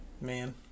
Man